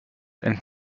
and